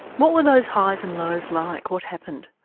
what were those highs and lows like, what happened?